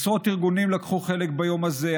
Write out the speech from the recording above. עשרות ארגונים לקחו חלק ביום הזה,